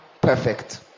perfect